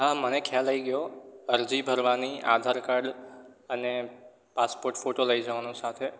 હા મને ખ્યાલ આવી ગયો અરજી ભરવાની આધાર કાડ અને પાસપોટ ફોટો લઈ જવાનો સાથે